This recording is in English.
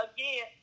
Again